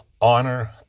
honor